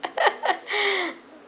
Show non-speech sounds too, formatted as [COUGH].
[LAUGHS]